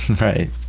Right